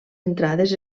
entrades